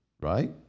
Right